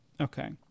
Okay